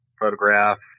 photographs